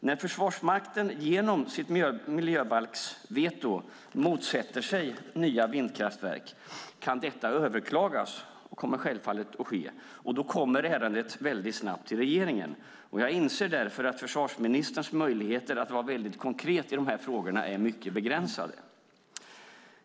När Försvarsmakten genom sitt miljöbalksveto motsätter sig nya vindkraftverk kan detta överklagas, vilket självfallet också kommer att ske, och då kommer ärendet snabbt till regeringen. Jag inser därför att försvarsministerns möjlighet att vara konkret i dessa frågor är mycket begränsad.